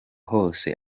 hose